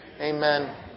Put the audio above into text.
Amen